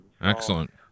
Excellent